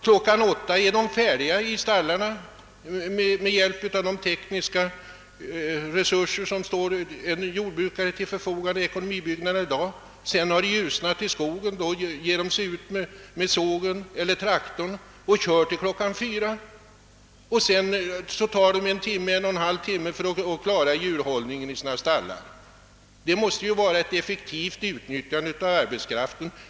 Klockan åtta är de, tack vare de tekniska resurser som nu står till deras förfogande, färdiga i stallarna. Då har det ljusnat i skogen, och de ger sig ut med sågen eller traktorn och kör till klockan fyra på e. m. Därefter behöver de en eller en och en halv timme för att klara djurskötseln. Detta måste väl vara ett effektivt utnyttjande av arbetskraften.